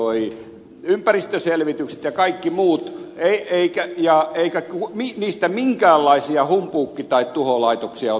niille hankittiin ympäristöselvitykset ja kaikki muut eikä niistä minkäänlaisia humpuuki tai tuholaitoksia ole tullut